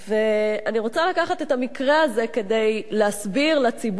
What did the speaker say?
אני רוצה לקחת את המקרה הזה כדי להסביר לציבור,